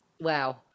wow